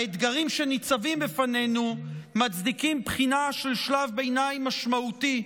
האתגרים שניצבים בפנינו מצדיקים בחינה של שלב ביניים משמעותי,